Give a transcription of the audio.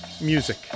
Music